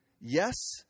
yes